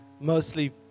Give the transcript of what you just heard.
mostly